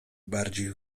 bardziej